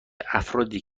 افرادی